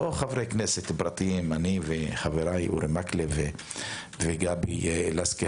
לא חברי כנסת פרטיים כמוני וכמו אורי מקלב וגבי לסקי,